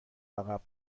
عقب